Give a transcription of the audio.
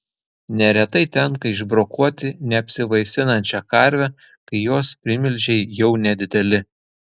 neretai tenka išbrokuoti neapsivaisinančią karvę kai jos primilžiai jau nedideli